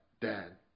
dad